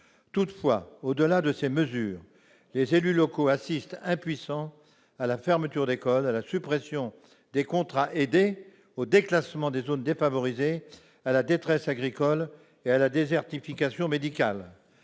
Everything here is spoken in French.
Toutefois, au-delà de telles mesures, les élus locaux assistent impuissants à la fermeture d'écoles, à la suppression des contrats aidés, au déclassement des zones défavorisées, à la détresse agricole, à la désertification médicale